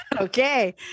Okay